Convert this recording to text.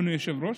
אדוני היושב-ראש?